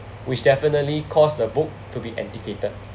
which definitely caused the book to be antiquated